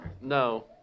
No